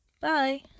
Bye